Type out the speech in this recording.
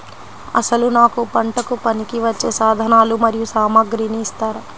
అసలు నాకు పంటకు పనికివచ్చే సాధనాలు మరియు సామగ్రిని ఇస్తారా?